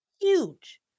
Huge